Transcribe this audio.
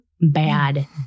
bad